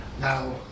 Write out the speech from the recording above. now